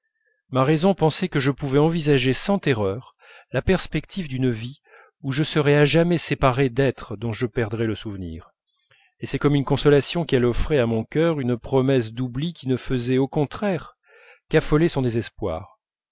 ma raison pensait que je pouvais envisager sans terreur la perspective d'une vie où je serais à jamais séparé d'êtres dont je perdrais le souvenir et c'est comme une consolation qu'elle offrait à mon cœur une promesse d'oubli qui ne faisait au contraire qu'affoler son désespoir